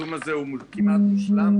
הזום כמעט מושלם.